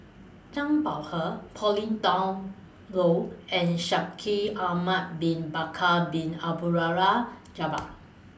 Zhang Bohe Pauline Dawn Loh and Shaikh Ahmad Bin Bakar Bin Jabbar